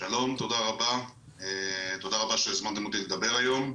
שלום ותודה רבה שהזמנתם אותי לדבר היום.